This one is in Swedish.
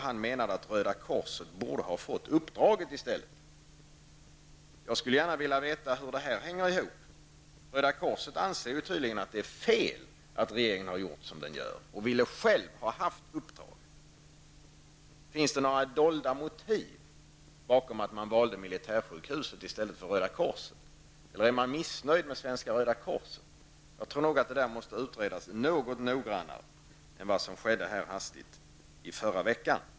Han menade att Röda korset i stället borde ha fått uppdraget. Jag skulle gärna vilja veta hur detta hänger ihop. Röda korset anser tydligen att det är fel att göra som regeringen har gjort och ville själv ha detta uppdrag. Finns det några dolda motiv bakom att man valde militärsjukhuset i stället för Röda korset, eller är man missnöjd med Röda korset? Jag tror att detta måste utredas något noggrannare än vad som hastigt skedde här i kammaren i förra veckan.